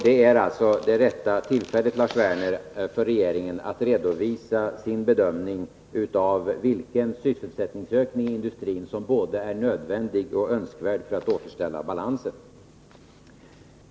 Det är alltså det rätta tillfället, Lars Werner, för regeringen att redovisa sin bedömning av vilken sysselsättningsökning i industrin som är både nödvändig och önskvärd för att balansen skall återställas.